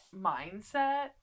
mindset